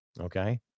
okay